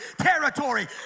territory